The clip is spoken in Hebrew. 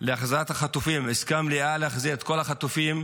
להחזרת החטופים, עסקה מלאה להחזיר את כל החטופים,